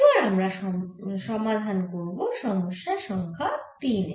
এবার আমরা সমাধান করব সমস্যা সংখ্যা তিন